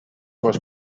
was